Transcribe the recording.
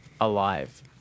Alive